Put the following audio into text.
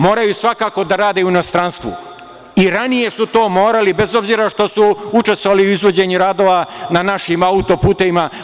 Moraju svakako da rade u inostranstvu i ranije su to morali, bez obzira što su učestvovali u izvođenju radova na našim autoputevima.